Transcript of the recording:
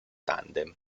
tandem